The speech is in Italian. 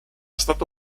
stato